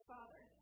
Father